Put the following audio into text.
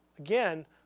Again